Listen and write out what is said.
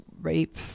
rape